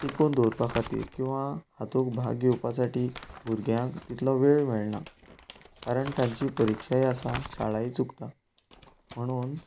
टिकोवन दवरपा खातीर किंवां तातूंत भाग घेवपा साठी भुरग्यांक तितलो वेळ मेळना कारण तांची परिक्षाय आसा शाळाय चुकता म्हणून